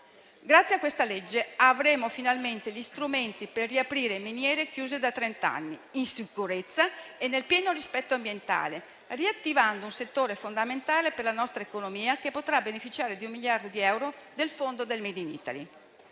Grazie a questa legge avremo finalmente gli strumenti per riaprire le miniere chiuse da trent'anni, in sicurezza e nel pieno rispetto ambientale, riattivando un settore fondamentale per la nostra economia, che potrà beneficiare di un miliardo di euro del Fondo nazionale del made in Italy.